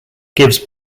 gives